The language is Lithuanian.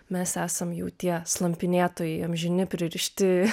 mes esam jau tie slampinėtojai amžini pririšti